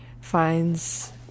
finds